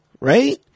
Right